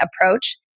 approach